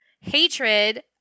hatred